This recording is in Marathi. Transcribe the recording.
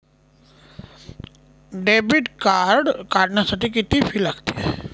डेबिट कार्ड काढण्यासाठी किती फी लागते?